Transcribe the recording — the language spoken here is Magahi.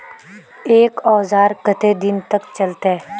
एक औजार केते दिन तक चलते?